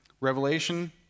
Revelation